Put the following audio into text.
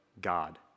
God